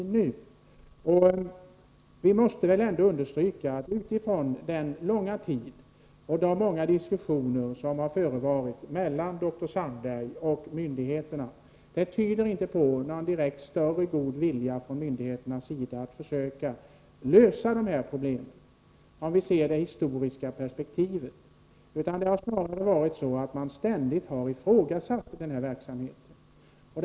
Om vi ser till det historiska perspektivet måste det understrykas att den långa tid som förflutit och de många diskussioner som har förevarit mellan dr Sandberg och myndigheterna inte tyder på någon större god vilja från myndigheternas sida att försöka lösa problemen. I stället har man ständigt ifrågasatt den här verksamheten.